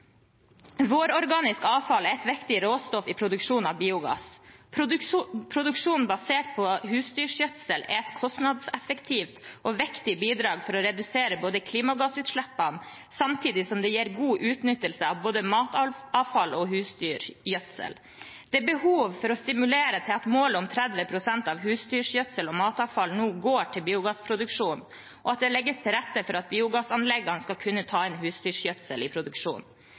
avfall er et viktig råstoff i produksjon av biogass. Produksjon basert på husdyrgjødsel er et kostnadseffektivt og viktig bidrag til å redusere klimagassutslippene, samtidig som det gir god utnyttelse av både matavfall og husdyrgjødsel. Det er behov for å stimulere til at målet om 30 pst. av husdyrgjødsel og matavfall nå går til biogassproduksjon, og at det legges til rette for at biogassanleggene skal kunne ta inn husdyrgjødsel i